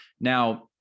now